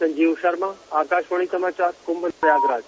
संजीव शर्मा आकाशवाणी समाचार कुंभ प्रयागराज